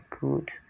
good